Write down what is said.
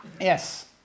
yes